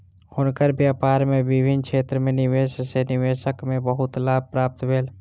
हुनकर व्यापार में विभिन्न क्षेत्र में निवेश सॅ निवेशक के बहुत लाभ प्राप्त भेल